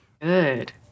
good